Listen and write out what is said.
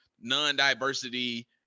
non-diversity